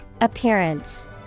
Appearance